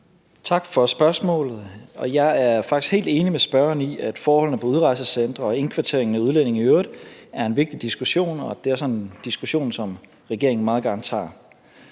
Tak for spørgsmålet. Jeg er faktisk helt enig med spørgeren i, at forholdene på udrejsecentre og indkvarteringen af udlændinge i øvrigt er en vigtig diskussion, og det er også en diskussion, som regeringen meget gerne tager.